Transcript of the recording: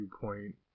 viewpoint